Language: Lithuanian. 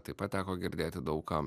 taip pat teko girdėti daug kam